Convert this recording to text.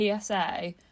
psa